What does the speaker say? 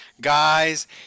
guys